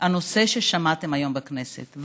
על הנושא ששמעתם היום בכנסת,